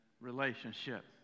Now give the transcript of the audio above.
relationship